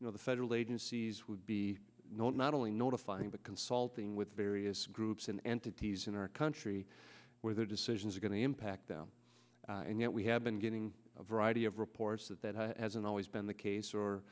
that the federal agencies would be known not only notifying but consulting with various groups and entities in our country where their decisions are going to impact them and yet we have been getting a variety of reports that that hasn't always been the case or